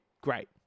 great